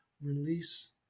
release